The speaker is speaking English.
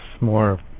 more